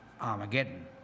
Armageddon